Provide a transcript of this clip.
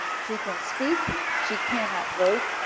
she can speak, she cannot vote.